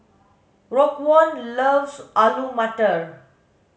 Raekwon loves Alu Matar